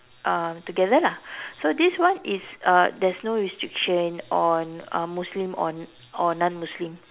um together lah so this one is uh there is no restriction on uh Muslim or or non Muslim